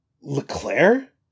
LeClaire